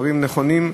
דברים נכונים,